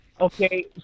Okay